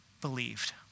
believed